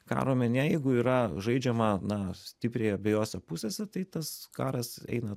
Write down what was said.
karo mene jeigu yra žaidžiama na stipriai abejose pusėse tai tas karas eina